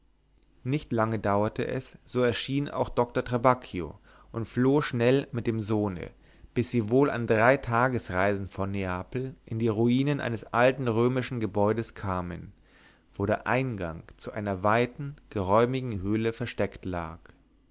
nicht lange dauerte es so erschien auch doktor trabacchio und floh schnell mit dem sohne bis sie wohl an drei tagereisen von neapel in die ruinen eines alten römischen gebäudes kamen wo der eingang zu einer weiten geräumigen höhle versteckt lag